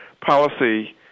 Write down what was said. policy